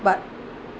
but